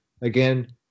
Again